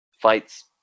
Fights